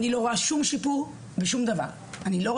אני לא רואה שום שיפור, בשום דבר.